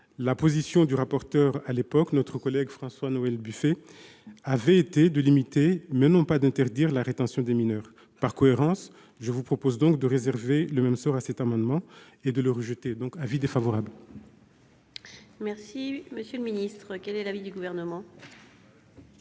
La position du rapporteur à l'époque, notre collègue François-Noël Buffet, avait été de limiter, mais non pas d'interdire, la rétention des mineurs. Par cohérence, je vous propose de réserver le même sort à cet amendement et de le rejeter. L'avis est donc défavorable. Quel est l'avis du Gouvernement ?